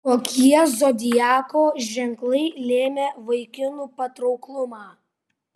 kokie zodiako ženklai lėmė vaikinų patrauklumą